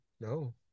no